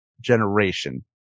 generation